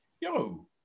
yo